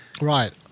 Right